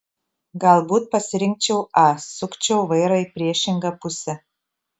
galbūt pasirinkčiau a sukčiau vairą į priešingą pusę